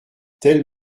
tel